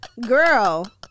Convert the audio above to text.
girl